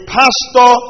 pastor